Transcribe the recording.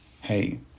hey